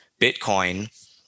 Bitcoin